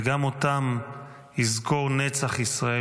וגם אותם יזכור נצח ישראל,